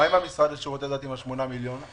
מה עם המשרד לשירותי דת, עם ה-8 מיליון שקל?